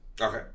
Okay